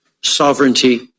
sovereignty